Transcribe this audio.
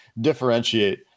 differentiate